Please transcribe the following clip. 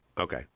Okay